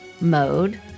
mode